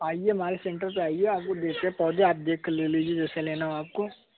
आइए हमारे सेंटर पर आइए आपको देखकर पौधे आप देखकर ले लीजिए जैसे लेना हो आपको